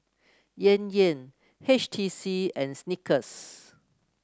Yan Yan H T C and Snickers